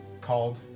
called